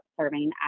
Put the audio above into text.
serving